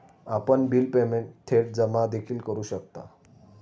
आपण bill payment थेट जमा देखील करू शकता